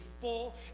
full